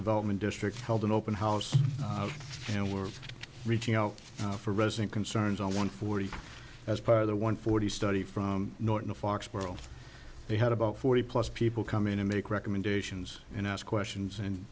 development district held an open house and we're reaching out for resident concerns on one forty five as part of the one forty study from norton fox world they had about forty plus people come in to make recommendations and ask questions and